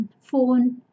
phone